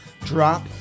Drop